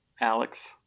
Alex